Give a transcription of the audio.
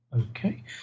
Okay